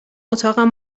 اتاقم